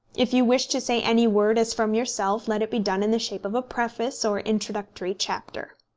if you wish to say any word as from yourself, let it be done in the shape of a preface or introductory chapter.